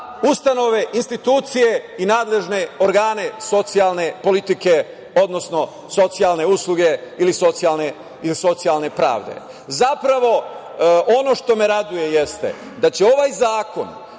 ustanove, institucije i nadležne organe socijalne politike, odnosno socijalne usluge ili socijalne pravde. Zapravo, ono što me raduje jeste da će ovaj zakon,